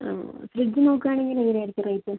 ആ ഫ്രിഡ്ജ് നോക്കാണെങ്കിൽ എങ്ങനെ ആയിരിക്കും റേറ്റ്